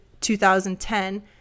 2010